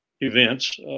events